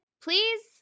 please